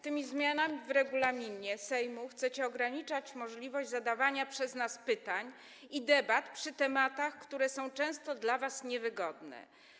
Tymi zmianami w regulaminie Sejmu chcecie ograniczać możliwość zadawania przez nas pytań i odbywania debat przy tematach, które są często dla was niewygodne.